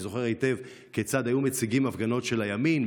ואני זוכר היטב כיצד היו מציגים הפגנות של הימין,